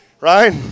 right